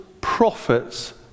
prophets